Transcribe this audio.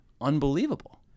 unbelievable